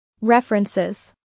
References